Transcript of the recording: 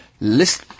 List